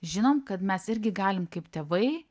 žinom kad mes irgi galim kaip tėvai